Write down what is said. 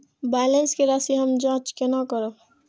Balance के राशि हम जाँच केना करब?